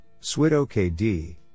swidokd